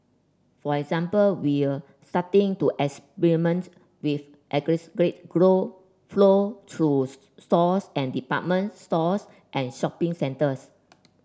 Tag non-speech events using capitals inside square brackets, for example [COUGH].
for example we're starting to experiments with aggregated glow flow through [UNINTELLIGIBLE] stores and department stores and shopping centres